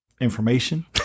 information